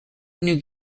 new